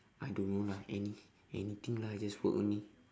I don't know lah any~ anything lah I just work only